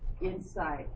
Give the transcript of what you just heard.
inside